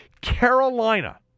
Carolina